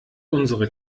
unsere